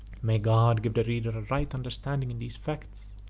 may god give the reader a right understanding in these facts!